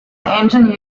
engine